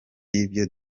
y’ibyo